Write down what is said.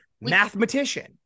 mathematician